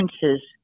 differences